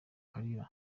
kalira